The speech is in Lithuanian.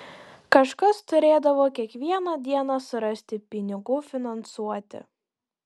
kažkas turėdavo kiekvieną dieną surasti pinigų finansuoti